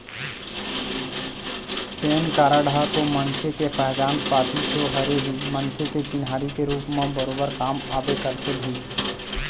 PAN card ह तो मनखे के पहचान पाती तो हरे ही मनखे के चिन्हारी के रुप म बरोबर काम आबे करथे भई